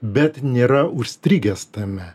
bet nėra užstrigęs tame